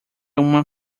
uma